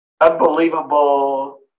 unbelievable